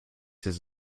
his